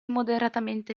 moderatamente